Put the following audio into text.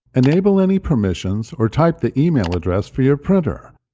enable any permissions or type the email address for your printer,